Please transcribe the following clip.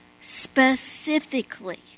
specifically